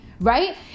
right